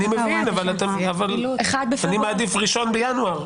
אני מבין, אבל אתם --- אני מעדיף 1 בינואר.